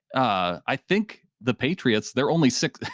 i think the patriots they're only sick.